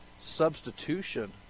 substitution